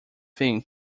thing